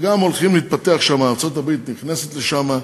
שהם הולכים להתפתח שם, ארצות-הברית נכנסת לשם,